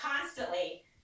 constantly